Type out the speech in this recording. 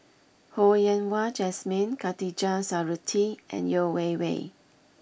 Ho Yen Wah Jesmine Khatijah Surattee and Yeo Wei Wei